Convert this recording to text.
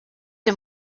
him